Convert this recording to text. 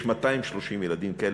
יש 230 ילדים כאלה.